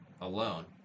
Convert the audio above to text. alone